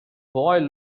boy